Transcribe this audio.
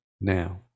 now